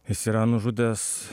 jis yra nužudęs